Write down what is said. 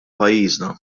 pajjiżna